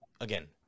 again